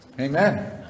Amen